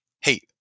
Hey